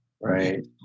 Right